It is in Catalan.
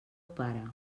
pare